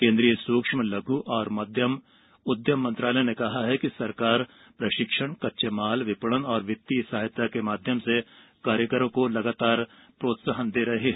केन्द्रीय सूक्ष्म लघु और मध्यम उद्यम मंत्रालय ने कहा है कि सरकार प्रशिक्षण कच्चे माल विपणन और वित्तीय सहायता के माध्यम से कारीगरों को लगातार प्रोत्साहन दे रही है